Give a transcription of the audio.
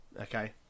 Okay